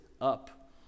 up